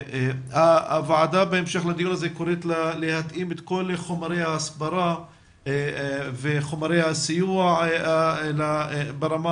הוועדה קוראת להתאים את כל חומרי ההסברה וחומרי הסיוע לרמה